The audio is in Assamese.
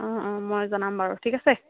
অঁ অঁ মই জনাম বাৰু ঠিক আছে